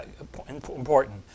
important